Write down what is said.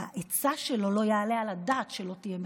העצה שלו, לא יעלה על הדעת שלא תהיה מחייבת.